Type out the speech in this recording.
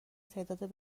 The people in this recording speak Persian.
تعداد